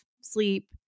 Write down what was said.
sleep